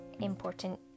important